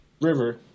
river